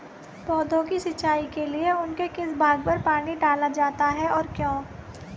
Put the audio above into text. पौधों की सिंचाई के लिए उनके किस भाग पर पानी डाला जाता है और क्यों?